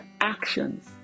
actions